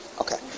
Okay